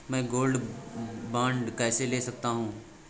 मैं gold bond कैसे ले सकता हूँ?